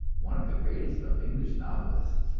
one of the greatest of english novelists,